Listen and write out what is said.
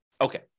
Okay